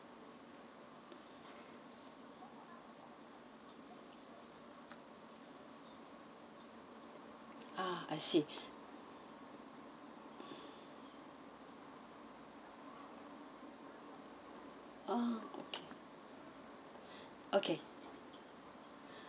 ah I see oh okay okay